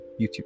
youtube